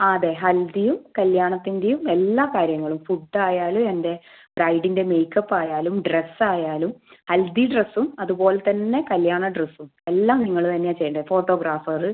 ആ അതെ ഹൽദിയും കല്ല്യാണത്തിൻ്റെയും എല്ലാ കാര്യങ്ങളും ഫുഡായാലും എൻ്റെ ബ്രൈഡിൻ്റെ മേക്കപ്പ് ആയാലും ഡ്രസ്സ് ആയാലും ഹൽദി ഡ്രസ്സും അതുപോല തന്നെ കല്ല്യാണ ഡ്രസ്സും എല്ലാം നിങ്ങൾ തന്നെയാണ് ചെയ്യേണ്ടത് ഫോട്ടോഗ്രാഫറ്